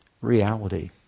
reality